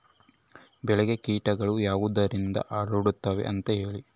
ಬೆಳೆಗೆ ಕೇಟಗಳು ಯಾವುದರಿಂದ ಹರಡುತ್ತದೆ ಅಂತಾ ಹೇಳಿ?